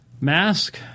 mask